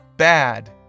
Bad